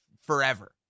forever